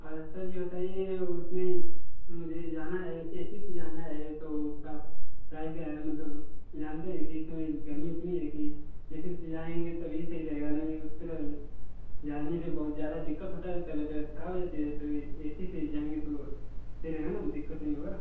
अच्छा यह बताइए उसमें मुझे जाना है ए सी से जाना है तो उसका किराया क्या है मतलब जानते हैं की इसमे गर्मी इतनी है की ए सी से जाएंगे तभी सही रहेगा नहीं तो उस तरह जाने से बहुत ज़्यादा दिक्कत होती है तबीयत ऊबियत खराब हो जाती है तो ए सी से जाएंगे तो फ़िर है ना दिक्कत नहीं होगी